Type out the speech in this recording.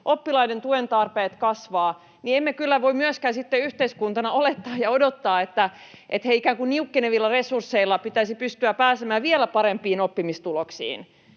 oppilaiden tuen tarpeet kasvavat, niin emme kyllä voi myöskään sitten yhteiskuntana olettaa ja odottaa, että heidän ikään kuin niukkenevilla resursseilla pitäisi pystyä pääsemään vielä parempiin oppimistuloksiin.